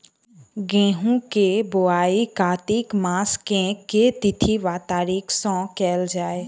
गेंहूँ केँ बोवाई कातिक मास केँ के तिथि वा तारीक सँ कैल जाए?